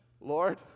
Lord